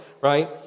right